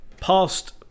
past